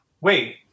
Wait